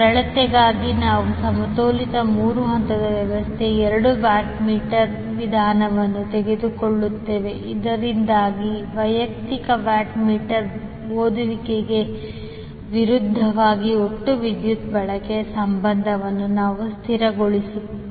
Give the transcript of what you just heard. ಸರಳತೆಗಾಗಿ ನಾವು ಸಮತೋಲಿತ ಮೂರು ಹಂತದ ವ್ಯವಸ್ಥೆಗೆ ಎರಡು ವ್ಯಾಟ್ ಮೀಟರ್ ವಿಧಾನವನ್ನು ತೆಗೆದುಕೊಳ್ಳುತ್ತೇವೆ ಇದರಿಂದಾಗಿ ವೈಯಕ್ತಿಕ ವ್ಯಾಟ್ ಮೀಟರ್ ಓದುವಿಕೆಗೆ ವಿರುದ್ಧವಾಗಿ ಒಟ್ಟು ವಿದ್ಯುತ್ ಬಳಕೆಯ ಸಂಬಂಧವನ್ನು ನಾವು ಸ್ಥಿರಗೊಳಿಸಬಹುದು